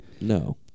no